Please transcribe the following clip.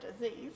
disease